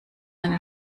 eine